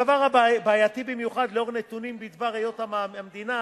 הדבר בעייתי במיוחד לאור נתונים בדבר היות המדינה